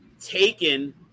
taken